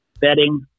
bedding